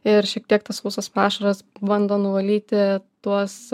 ir šiek tiek tas sausas pašaras bando nuvalyti tuos